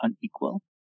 unequal